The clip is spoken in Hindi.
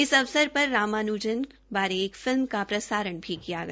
इस अवसर र रामान्जन एक फिल्म का प्रसारण भी किया गया